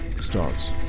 starts